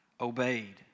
obeyed